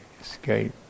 escape